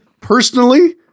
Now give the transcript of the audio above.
personally